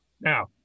Now